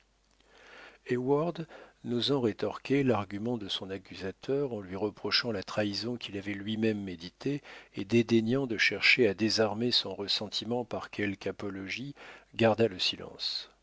n'osant rétorquer l'argument de son accusateur en lui reprochant la trahison qu'il avait lui-même méditée et dédaignant de chercher à désarmer son ressentiment par quelque apologie garda le silence